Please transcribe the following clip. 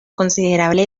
considerable